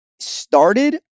started